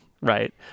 Right